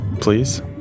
please